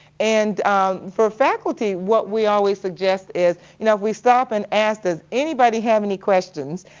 and for faculty what we always suggest is, you know if we stop and ask does any body have any questions,